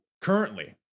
currently